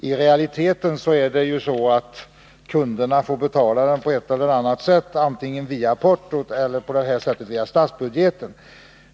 I realiteten får ju kunderna betala på ett eller annat sätt, antingen via portot eller via statsbudgeten.